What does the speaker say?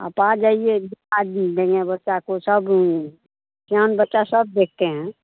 आप आ जाइए दिखा देंगे बस आपको सब सयान बच्चा सब देखते हैं